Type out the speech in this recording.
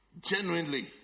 Genuinely